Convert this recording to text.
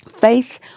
faith